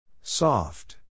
soft